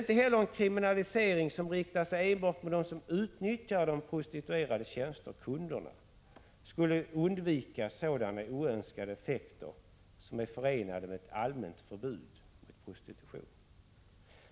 Inte heller en kriminalisering som riktar sig enbart mot dem som utnyttjar de prostituerades tjänster, kunderna, skulle undvika sådana oönskade effekter som är förenade med ett allmänt förbud mot prostitution.